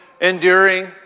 enduring